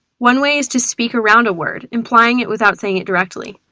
one way is to speak around a word, implying it without saying it directly.